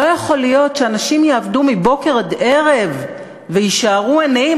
לא יכול להיות שאנשים יעבדו מבוקר עד ערב ויישארו עניים.